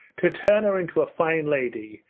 to turn her into a fine lady,